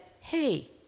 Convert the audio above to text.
hey